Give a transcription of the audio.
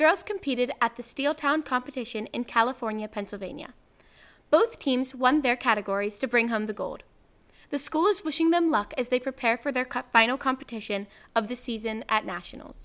girls competed at the steel town competition in california pennsylvania both teams won their categories to bring home the gold the school is wishing them luck as they prepare for their cup final competition of the season at nationals